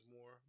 more